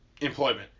employment